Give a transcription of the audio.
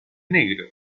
negro